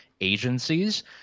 agencies—